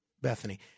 Bethany